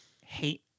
hate